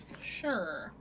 Sure